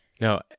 No